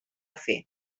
fer